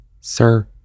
sir